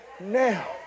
now